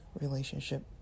relationship